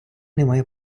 немає